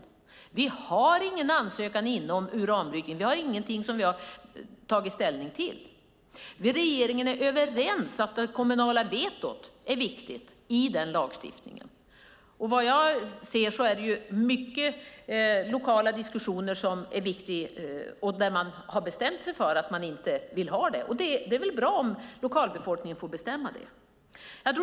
Vi har ingen ansökan inne om uranbrytning. Vi har ingenting som vi har tagit ställning till. Regeringen är överens om att det kommunala vetot är viktigt i lagstiftningen. Vad jag ser förs många lokala diskussioner som är viktiga och där man har bestämt sig för att man inte vill ha det. Det är väl bra om lokalbefolkningen får bestämma det.